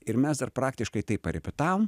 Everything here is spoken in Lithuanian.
ir mes dar praktiškai tai parepetavom